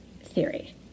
theory